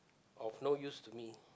of no use to me